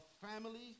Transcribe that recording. family